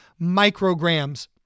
micrograms